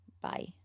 Bye